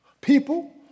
People